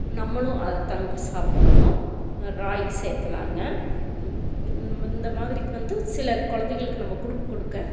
நம்மளும் அதை தாங்க சாப்பிட்ணும் ராகி சேர்க்கலாங்க இந் இந்த மாதிரிக்கு வந்து சில குழந்தைகளுக்கு நம்ம கொடுக்க கொடுக்க